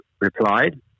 replied